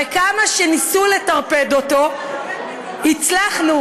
וכמה שניסו לטרפד אותו, הצלחנו.